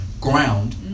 ground